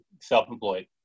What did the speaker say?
self-employed